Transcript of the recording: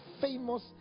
famous